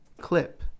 clip